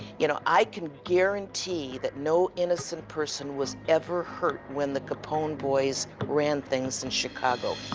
you know, i can guarantee that no innocent person was ever hurt when the capone boys ran things in chicago.